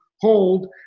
hold